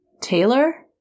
Taylor